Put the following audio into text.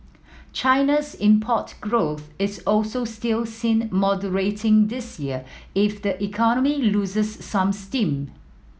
China's import growth is also still seen moderating this year if the economy loses some steam